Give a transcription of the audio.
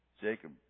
Jacob